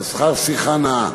זה שכר שיחה נאה.